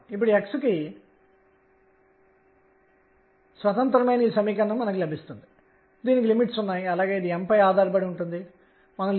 ఇప్పుడు L2 Lz2sin2 real కావాలంటే అప్పుడు L2 Lz2sin2 ≥0